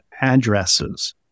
addresses